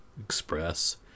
express